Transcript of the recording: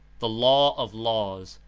the law of laws,